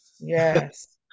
yes